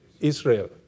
Israel